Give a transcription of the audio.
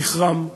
זכרם נצח.